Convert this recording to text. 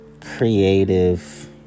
creative